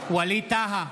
טאהא,